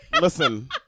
Listen